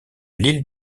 l’île